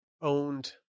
owned